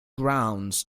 grounds